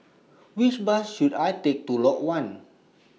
Which Bus should I Take to Lot one